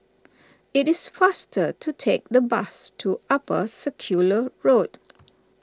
it is faster to take the bus to Upper Circular Road